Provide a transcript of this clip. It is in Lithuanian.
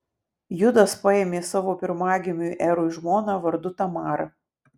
judas paėmė savo pirmagimiui erui žmoną vardu tamara